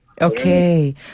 Okay